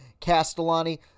Castellani